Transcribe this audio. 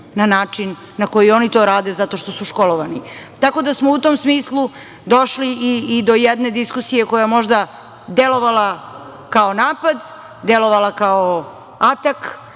na način na koji oni to rade zato što su školovani. Tako da smo u tom smislu došli i do jedne diskusije koja možda delovala kao napad, delovala kao atak,